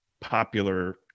popular